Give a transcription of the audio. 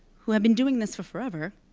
who had been doing this for forever,